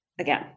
again